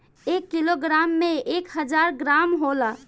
एक किलोग्राम में एक हजार ग्राम होला